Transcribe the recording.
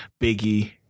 Biggie